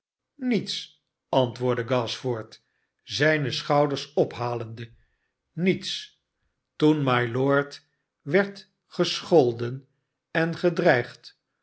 niets antwoordde gashford zijne schotlders ophalende s niets toen mylord werd gescholden en gedreigd